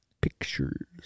Pictures